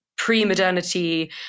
pre-modernity